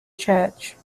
church